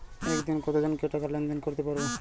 একদিন কত জনকে টাকা লেনদেন করতে পারবো?